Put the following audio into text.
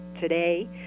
today